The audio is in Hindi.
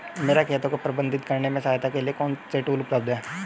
मेरे खाते को प्रबंधित करने में सहायता के लिए कौन से टूल उपलब्ध हैं?